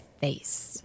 face